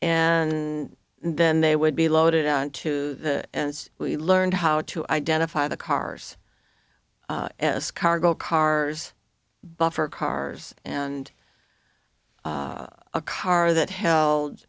and then they would be loaded onto the we learned how to identify the cars as cargo cars buffer cars and a car that held